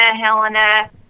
Helena